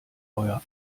euer